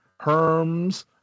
Herms